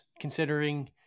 considering